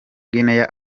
guinea